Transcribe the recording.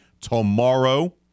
tomorrow